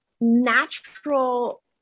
Natural